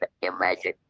imagine